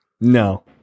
No